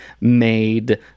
made